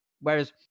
Whereas